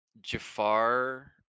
Jafar